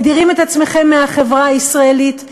מדירים את עצמכם מהחברה הישראלית,